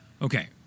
Okay